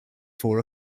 four